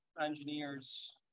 engineers